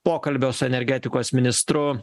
pokalbio su energetikos ministru